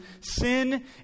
sin